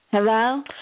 Hello